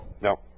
No